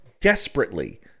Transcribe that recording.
desperately